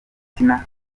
tina